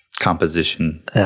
composition